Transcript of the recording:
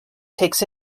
takes